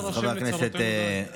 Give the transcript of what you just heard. חבר הכנסת סימון,